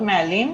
אלין,